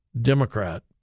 Democrat